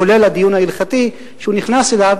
כולל הדיון ההלכתי שהוא נכנס אליו